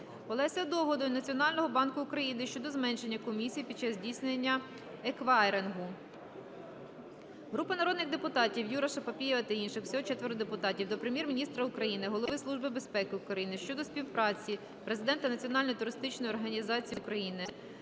банку України щодо зменшення комісії під час здійснення еквайрингу. Групи народних депутатів (Юраша, Папієва та інших. Всього 4 депутатів) до Прем'єр-міністра України, Голови Служби безпеки України щодо співпраці президента "Національної